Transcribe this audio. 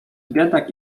biedak